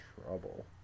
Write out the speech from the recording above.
trouble